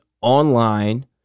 online